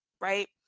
right